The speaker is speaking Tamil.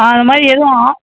ஆ அந்த மாதிரி எதுவும்